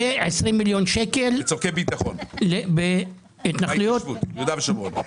ו-20 מיליון שקלים --- לצורכי ביטחון ביהודה ושומרון.